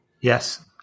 Yes